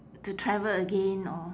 to travel again or